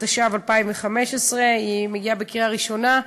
התשע"ו 2015, עולה לקריאה ראשונה.